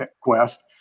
quest